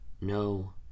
no